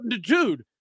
Dude